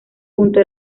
junto